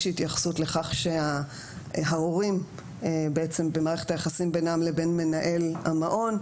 יש התייחסות לכך שההורים במערכת היחסים בינם לבין מנהל המעון,